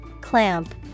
Clamp